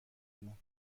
مون